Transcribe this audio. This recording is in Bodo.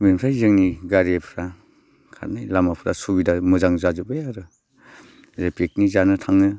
बेनिफ्राय जोंनि गारिफ्रा खारनाय लामाफ्रा सुबिदा मोजां जाजोबबाय आरो जे पिकनिक जानो थाङो